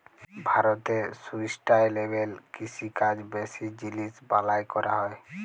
ভারতে সুস্টাইলেবেল কিষিকাজ বেশি জিলিস বালাঁয় ক্যরা হ্যয়